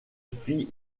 fille